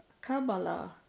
Kabbalah